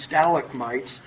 stalagmites